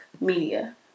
media